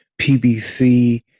PBC